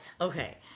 okay